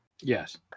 Yes